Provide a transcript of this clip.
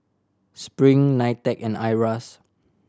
Spring NITEC and IRAS